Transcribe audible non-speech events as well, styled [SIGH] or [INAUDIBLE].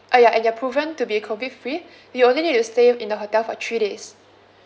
uh ya and you are proven to be COVID free [BREATH] you only need to stay in the hotel for three days